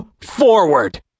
forward